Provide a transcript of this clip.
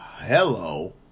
Hello